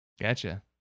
Gotcha